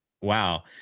wow